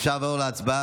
אפשר לעבור להצבעה.